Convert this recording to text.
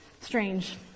strange